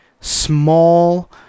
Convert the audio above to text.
small